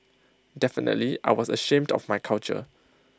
definitely I was ashamed of my culture